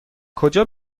کجا